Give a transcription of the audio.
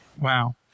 Wow